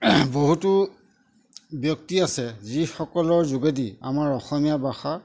বহুতো ব্যক্তি আছে যিসকলৰ যোগেদি আমাৰ অসমীয়া ভাষা